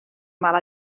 mala